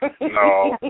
No